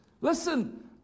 Listen